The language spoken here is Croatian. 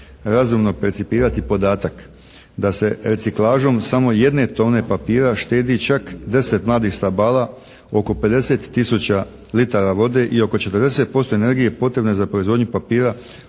razumno percipirati podatak. Da se reciklažom samo jedne tone papira štedi čak 10 mladih stabala, oko 50 tisuća litara vode i oko 40% energije potrebne za proizvodnju papira od